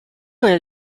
nel